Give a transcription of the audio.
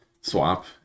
swap